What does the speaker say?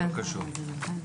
כן קשור.